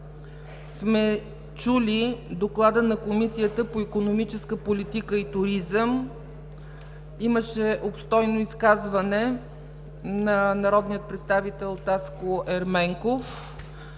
сме чули доклада на Комисията по икономическа политика и туризъм. Имаше обстойно изказване на народния представител Таско Ерменков